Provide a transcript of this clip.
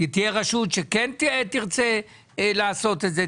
תהיה רשות שכן תרצה לעשות את זה,